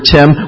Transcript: Tim